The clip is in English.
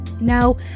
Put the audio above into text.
now